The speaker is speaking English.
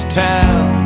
town